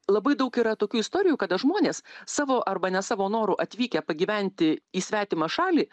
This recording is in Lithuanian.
labai daug yra tokių istorijų kada žmonės savo arba ne savo noru atvykę pagyventi į svetimą šalį